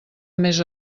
més